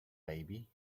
baby